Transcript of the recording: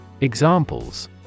Examples